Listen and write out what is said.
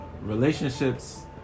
relationships